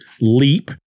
leap